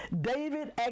David